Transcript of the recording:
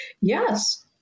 Yes